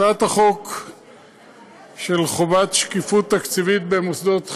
הצעת החוק חובת שקיפות תקציבית במוסדות חינוך,